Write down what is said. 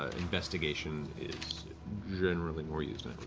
ah investigation is generally more used.